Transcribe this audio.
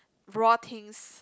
raw things